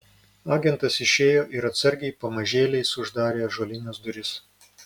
agentas išėjo ir atsargiai pamažėliais uždarė ąžuolines duris